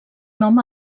nom